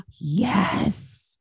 Yes